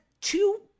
two